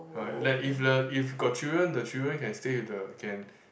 uh like if the if got children the children can stay with the can